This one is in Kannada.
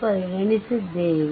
ಪರಿಗಣಿಸಿದ್ದೇವೆ